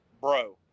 bro